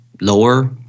lower